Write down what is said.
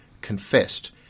confessed